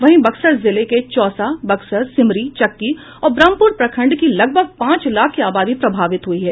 वहीं बक्सर जिले के चौसा बक्सर सिमरी चक्की और ब्रह्मपुर प्रखंड की लगभग पांच लाख की आबादी प्रभावित हुयी है